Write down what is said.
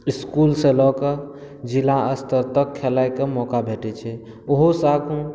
इसकुलसँ लऽ कऽ जिला स्तर तक खेलाइ कऽ मौका भेटैत छै ओहो सभ